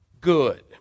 good